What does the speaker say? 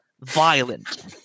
Violent